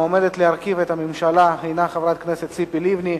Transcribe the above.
המועמדת להרכיב את הממשלה הינה חברת הכנסת ציפי לבני.